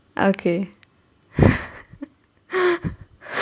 okay